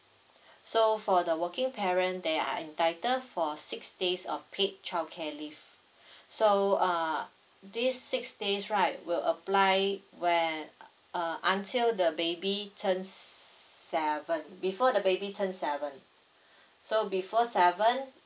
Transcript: so for the working parent they are entitled for six days of paid childcare leave so uh these six days right will apply where uh until the baby turns seven before the baby turns seven so before seven